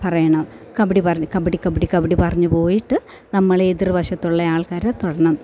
പറയണം കബഡി പറഞ്ഞ് കബഡി കബഡി കബഡി പറഞ്ഞു പോയിട്ട് നമ്മൾ എതിർവശത്തുള്ള ആൾക്കാരെ തൊടണം